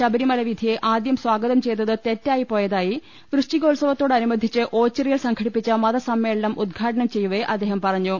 ശ്രബരിമല വിധിയെ ആദ്യം സ്വാഗതം ചെയ്തത് തെറ്റായിപ്പോയതായി വൃശ്ചികോത്സവ ത്തോടനുബന്ധിച്ച് ഓച്ചിറയിൽ സംഘടിപ്പിച്ച മതസമ്മേളനം ഉദ്ഘാടനം ചെയ്യവെ അദ്ദേഹം പറഞ്ഞു